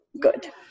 good